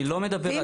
אני לא מדבר על זה.